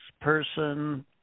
person